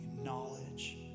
knowledge